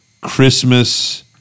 Christmas